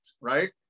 right